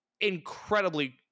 incredibly